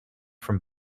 from